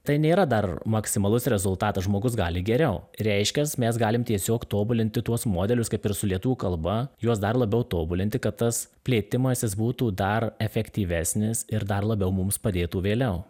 tai nėra dar maksimalus rezultatas žmogus gali geriau reiškias mes galim tiesiog tobulinti tuos modelius kaip ir su lietuvių kalba juos dar labiau tobulinti kad tas plėtimasis būtų dar efektyvesnis ir dar labiau mums padėtų vėliau